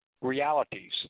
Realities